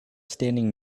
standing